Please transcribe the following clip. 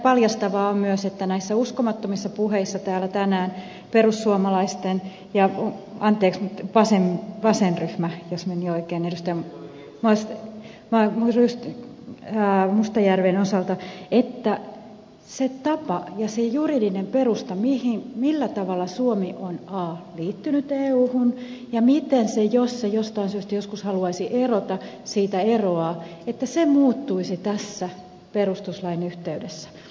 paljastavaa on myös että näiden uskomattomien puheiden mukaan täällä tänään perussuomalaisten ja vasenryhmän jos meni oikein edustaja mustajärven osalta se tapa ja se juridinen perusta millä tavalla suomi on liittynyt euhun ja miten se jos se jostain syystä joskus haluaisi erota siitä eroaa muuttuisi tässä perustuslain yhteydessä